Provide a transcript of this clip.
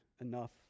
enough